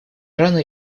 рано